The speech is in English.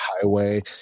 highway